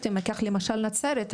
אם ניקח למשל את נצרת,